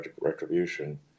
retribution